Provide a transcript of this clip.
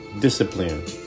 discipline